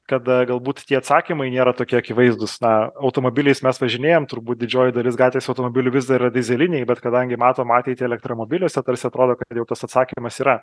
kada galbūt tie atsakymai nėra tokie akivaizdūs na automobiliais mes važinėjam turbūt didžioji dalis gatvės automobilių vis dar yra dyzeliniai bet kadangi matom ateitį elektromobiliuose tarsi atrodo kad ir jau tas atsakymas yra